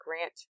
grant